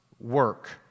work